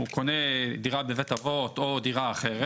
הוא קונה דירה בבית אבות או דירה אחרת.